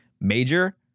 major